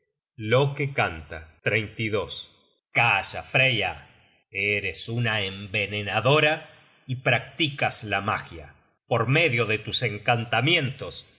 loke canta calla freya eres una envenenadoraj practicas la magia por medio de tus encantamientos